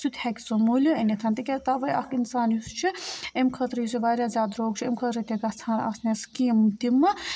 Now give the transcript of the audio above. سُہ تہِ ہٮ۪کہِ سُہ موٚلہِ أنِتھ تِکیٛازِ تَوَے اَکھ اِنسان یُس چھُ ایٚمۍ خٲطرٕ یُس یہِ واریاہ زیادٕ درٛوگ چھُ أمۍ خٲطرٕ تہِ گژھان آسنہِ سِکیٖمہٕ تِمہٕ